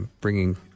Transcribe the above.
bringing